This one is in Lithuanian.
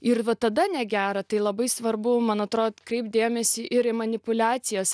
ir va tada negera tai labai svarbu man atrodo atkreipt dėmesį ir į manipuliaciją